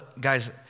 guys